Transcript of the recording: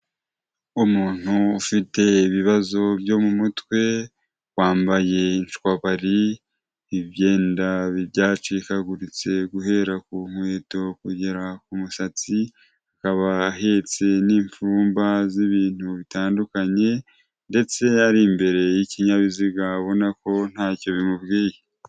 Umuntu ufite ibibazo byo mu mutwe, wambaye inshwabari, ibyenda byacikaguritse guhera ku nkweto kugera ku musatsi, akaba ahetse n'imfurumba z'ibintu bitandukanye, ndetse ari imbere y'ikinyabiziga, ubona ko ntacyo bimubwiye.